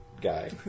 guy